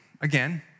again